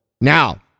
Now